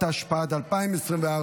התשפ"ד 2024,